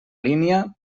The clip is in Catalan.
línia